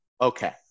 Okay